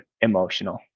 emotional